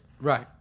Right